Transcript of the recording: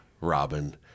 Robin